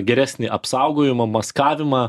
geresnį apsaugojimą maskavimą